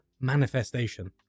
manifestation